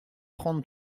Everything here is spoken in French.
trente